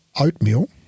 oatmeal